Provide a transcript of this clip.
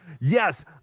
Yes